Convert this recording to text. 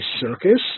circus